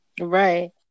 Right